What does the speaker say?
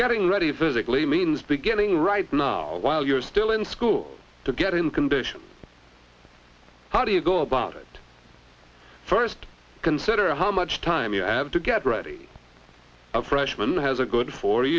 getting ready physically means beginning right now while you're still in school to get in condition how do you go about it first consider how much time you have to get ready a freshman has a good fo